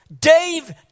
Dave